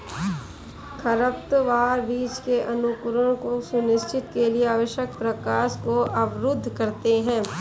खरपतवार बीज के अंकुरण को सुनिश्चित के लिए आवश्यक प्रकाश को अवरुद्ध करते है